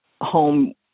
home